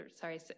sorry